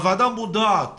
הוועדה מודעת